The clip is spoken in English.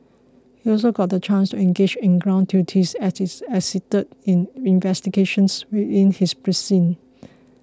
he also got the chance to engage in ground duties as his assisted in investigations within his precinct